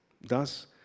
Thus